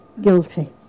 guilty